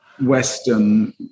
Western